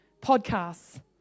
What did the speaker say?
Podcasts